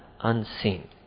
unseen